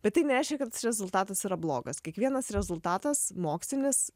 bet tai nereiškia kad rezultatas yra blogas kiekvienas rezultatas mokslinis